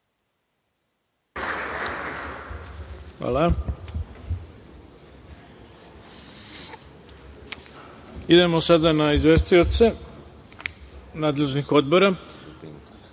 vam. Idemo sada na izvestioce nadležnih odbora. Pre